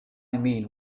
mean